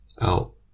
out